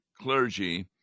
clergy